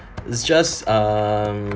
it's just um